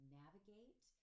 navigate